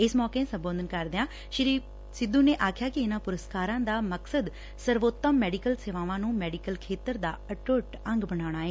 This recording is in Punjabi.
ਇਸ ਮੌਕੇ ਸੰਬੋਧਨ ਕਰਦੇ ਹੋਏ ਸ੍ਰੀ ਸਿੱਧੁ ਨੇ ਆਖਿਆ ਕਿ ਇਨੂਾਂ ਪੁਰਸਕਾਰਾਂ ਦਾ ਮਕਸਦ ਸਰਵੋਤਮ ਮੈਡੀਕਲ ਸੇਵਾਵਾਂ ਨੂੰ ਮੈਡੀਕਲ ਖੇਤਰ ਦਾ ਅਟੂੱਟ ਅੰਗ ਬਣਾਊਣਾ ਏ